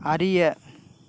அறிய